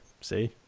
see